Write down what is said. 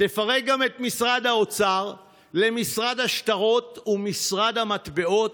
תפרק גם את משרד האוצר למשרד השטרות ומשרד המטבעות,